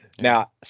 Now